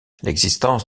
l’existence